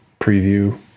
preview